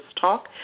Talk